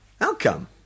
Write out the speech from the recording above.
outcome